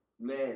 Man